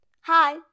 Hi